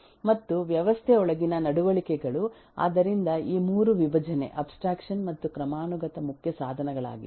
ಮತ್ತು ವ್ಯವಸ್ಥೆಯೊಳಗಿನ ನಡವಳಿಕೆಗಳು ಆದ್ದರಿಂದ ಈ ಮೂರು ವಿಭಜನೆ ಅಬ್ಸ್ಟ್ರಾಕ್ಷನ್ ಮತ್ತು ಕ್ರಮಾನುಗತ ಮುಖ್ಯ ಸಾಧನಗಳಾಗಿವೆ